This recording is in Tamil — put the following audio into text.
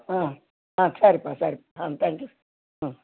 ஆ ஆ சரிப்பா சரி ஆ தேங்க் யூ ம்